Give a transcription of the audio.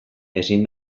ezin